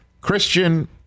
Christian